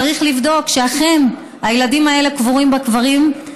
צריך לבדוק שאכן הילדים האלה קבורים בקברים,